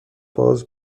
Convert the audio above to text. باز